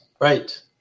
right